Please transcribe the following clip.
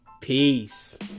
Peace